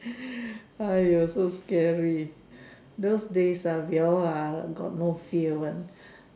!aiyo! so scary those days ah we all ah got no fear one